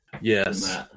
Yes